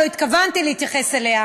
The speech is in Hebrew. לא התכוונתי להתייחס אליה,